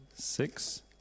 six